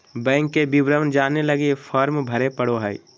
bank के विवरण जाने लगी फॉर्म भरे पड़ो हइ